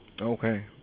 Okay